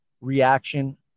reaction